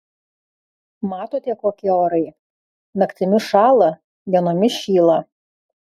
matote kokie orai naktimis šąla dienomis šyla